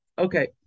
Okay